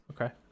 okay